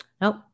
Nope